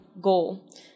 goal